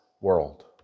world